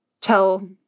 tell